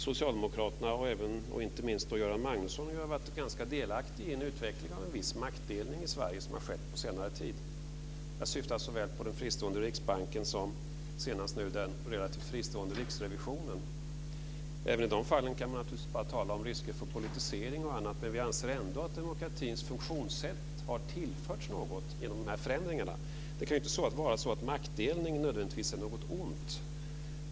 Socialdemokraterna, och inte minst Göran Magnusson, har varit ganska delaktiga i en utveckling mot en viss maktdelning i Sverige som har skett under senare tid. Jag syftar på såväl den fristående riksbanken som den relativt fristående riksrevisionen. Även om man i de fallen kan tala om risker för politisering och annat, anser vi ändå att demokratins funktionssätt har tillförts något genom dessa förändringar. Det kan inte vara så att maktdelning nödvändigtvis är något ont.